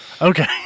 Okay